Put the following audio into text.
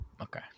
Okay